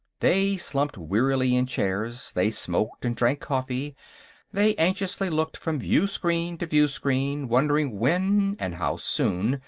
they slumped wearily in chairs they smoked and drank coffee they anxiously looked from viewscreen to viewscreen, wondering when, and how soon,